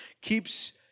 keeps